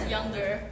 Younger